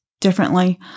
differently